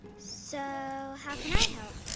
so, how can i help?